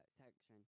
section